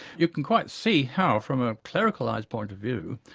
you can quite see how, from a clericalised point of view,